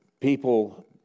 people